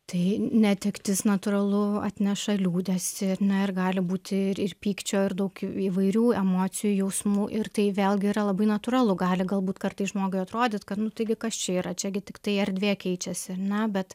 tai netektis natūralu atneša liūdesį ir gali būti ir ir pykčio ir daug įvairių emocijų jausmų ir tai vėlgi yra labai natūralu gali galbūt kartais žmogui atrodyti kad nu taigi kas čia yra čia gi tiktai erdvė keičiasi na bet